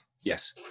yes